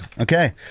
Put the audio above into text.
Okay